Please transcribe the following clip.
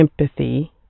empathy